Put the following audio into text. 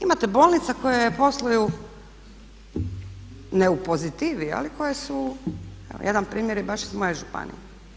Imate bolnica koje posluju ne u pozitivi ali koje su, evo jedan primjer je baš iz moje županije.